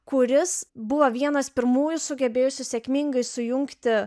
kuris buvo vienas pirmųjų sugebėjusių sėkmingai sujungti